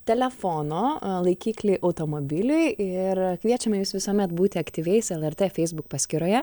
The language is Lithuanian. telefono laikiklį automobiliui ir kviečiame jus visuomet būti aktyviais lrt feisbuk paskyroje